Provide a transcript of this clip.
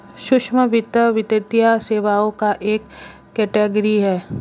सूक्ष्म वित्त, वित्तीय सेवाओं का एक कैटेगरी है